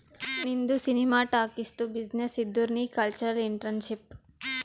ನಿಂದು ಸಿನಿಮಾ ಟಾಕೀಸ್ದು ಬಿಸಿನ್ನೆಸ್ ಇದ್ದುರ್ ನೀ ಕಲ್ಚರಲ್ ಇಂಟ್ರಪ್ರಿನರ್ಶಿಪ್